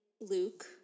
Luke